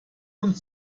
und